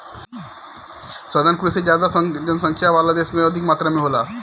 सघन कृषि ज्यादा जनसंख्या वाला देश में अधिक मात्रा में होला